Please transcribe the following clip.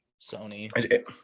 Sony